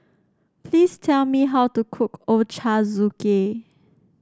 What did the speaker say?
please tell me how to cook Ochazuke